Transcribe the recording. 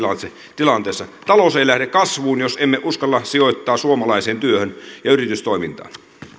tilanteessa talous ei lähde kasvuun jos emme uskalla sijoittaa suomalaiseen työhön ja yritystoimintaan